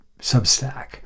Substack